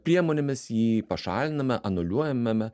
priemonėmis jį pašaliname anuliuojame